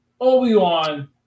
Obi-Wan